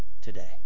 today